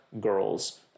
girls